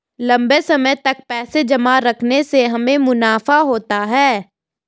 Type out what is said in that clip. लंबे समय तक पैसे जमा रखने से हमें मुनाफा होता है